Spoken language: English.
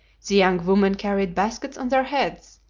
the young women carried baskets on their heads,